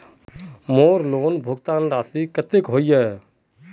मोर लोन भुगतान राशि कतेक होचए?